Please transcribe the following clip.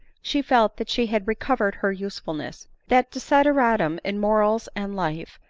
she felt that she had recov ered her usefulness that desideratum in morals and life,